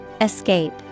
Escape